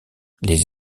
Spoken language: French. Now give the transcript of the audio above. les